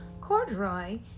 Corduroy